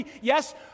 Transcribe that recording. yes